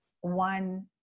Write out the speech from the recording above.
one